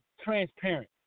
transparent